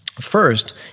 First